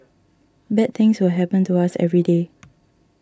bad things will happen to us every day